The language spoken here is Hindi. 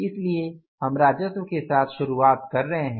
इसलिए हम राजस्व के साथ शुरुआत कर रहे हैं